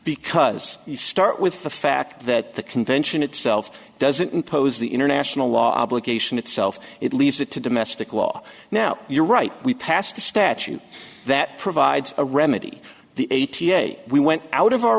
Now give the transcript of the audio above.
because you start with the fact that the convention itself doesn't impose the international law obligation itself it leaves it to domestic law now you're right we passed a statute that provides a remedy the eighty eight we went out of our